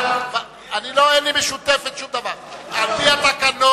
אני קובע שהצעת חוק הרשות השנייה לטלוויזיה ורדיו (תיקון,